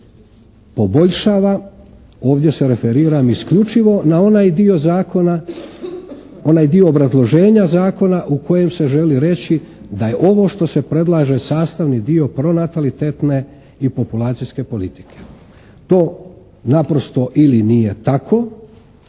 poboljšava. Ovdje se referiram isključivo na onaj don zakona, onaj dio obrazloženja zakona u kojem se želi reći da je ovo što se predlaže sastavni dio pronatalitetne i populacijske politike. To naprosto ili nije tako